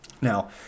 Now